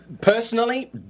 personally